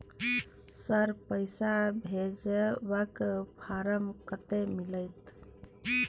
Sir, पैसा भेजबाक form कत्ते मिलत?